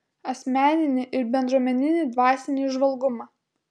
asmeninį ir bendruomeninį dvasinį įžvalgumą